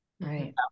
Right